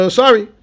sorry